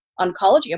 oncology